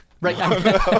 right